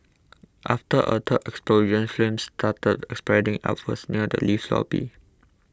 after a third explosion flames started spreading upwards near the lift lobby